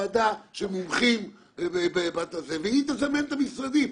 ועדה של מומחים והיא תסמן את המשרדים.